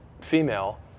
female